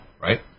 right